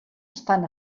estan